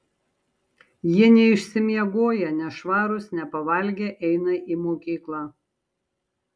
jie neišsimiegoję nešvarūs nepavalgę eina į mokyklą